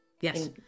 Yes